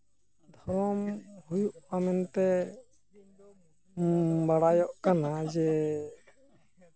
ᱫᱷᱚᱨᱚᱢ ᱦᱩᱭᱩᱜᱼᱟ ᱢᱮᱱᱛᱮ ᱵᱟᱲᱟᱭᱚᱜ ᱠᱟᱱᱟ ᱡᱮ